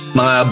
mga